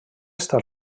estat